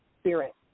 spirit